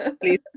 Please